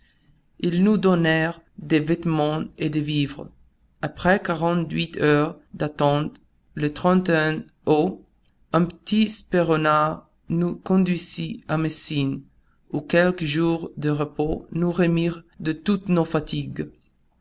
ils nous donnèrent des vêtements et des vivres après quarante-huit heures d'attente le août un petit speronare nous conduisit à messine où quelques jours de repos nous remirent de toutes nos fatigues